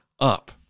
up